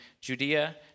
Judea